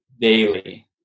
daily